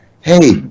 Hey